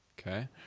Okay